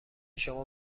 شما